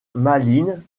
malines